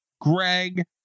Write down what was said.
Greg